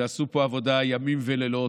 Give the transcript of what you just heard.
שעשו פה עבודה ימים ולילות,